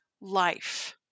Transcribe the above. life